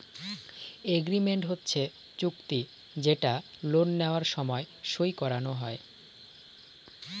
agreement হচ্ছে চুক্তি যেটা লোন নেওয়ার সময় সই করানো হয়